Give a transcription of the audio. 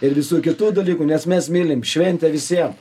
ir visų kitų dalykų nes mes mylim šventė visiem